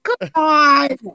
Goodbye